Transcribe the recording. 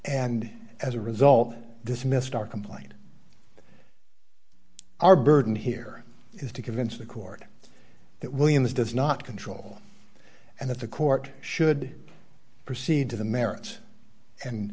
and as a result dismissed our complaint our burden here is to convince the court that williams does not control and that the court should proceed to the merits and